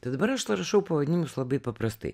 tad dabar aš rašau pavadinimus labai paprastai